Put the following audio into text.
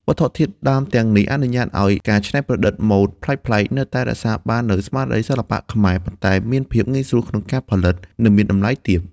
វត្ថុធាតុដើមទាំងនេះអនុញ្ញាតឱ្យមានការច្នៃប្រឌិតម៉ូដប្លែកៗ ដែលនៅតែរក្សាបាននូវស្មារតីសិល្បៈខ្មែរ ប៉ុន្តែមានភាពងាយស្រួលក្នុងការផលិត និងមានតម្លៃលក់ទាប។